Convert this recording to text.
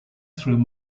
through